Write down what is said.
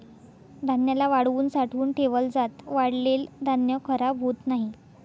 धान्याला वाळवून साठवून ठेवल जात, वाळलेल धान्य खराब होत नाही